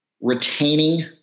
Retaining